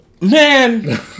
Man